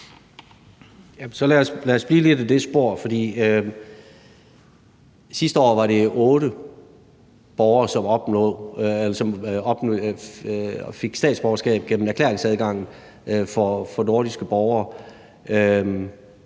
lad os blive lidt i det spor. Sidste år var det otte borgere, som fik statsborgerskab gennem erklæringsadgangen for naturaliserede